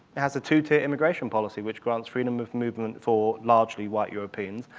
it has a two-tier immigration policy, which grants freedom of movement for largely white europeans,